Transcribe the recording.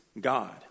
God